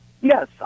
Yes